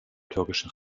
türkischen